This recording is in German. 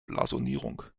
blasonierung